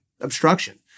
obstruction